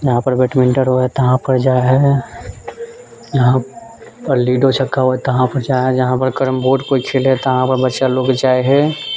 जहाँपर बैडमिंटन होइ हय तहाँपर जाइ हय जहाँपर लूडो छक्का होइ तहाँपर जाइ हय जहाँपर कैरम बोर्डपर कोइ खेलै हय तहाँपर बच्चा लोग जाइ हय